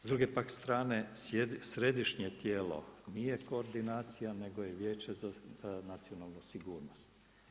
S druge pak strane središnje tijelo nije koordinacija nego je Vijeće za nacionalnu sigurnost.